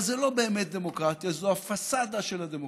אבל זו לא באמת דמוקרטיה, זו הפסאדה של הדמוקרטיה.